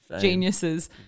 geniuses